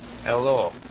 Hello